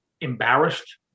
embarrassed